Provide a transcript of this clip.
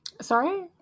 Sorry